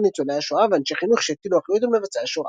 ניצולי השואה ואנשי חינוך שהטילו אחריות על מבצעי השואה.